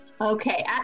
Okay